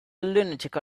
lunatic